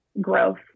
growth